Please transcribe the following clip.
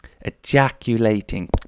ejaculating